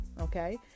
okay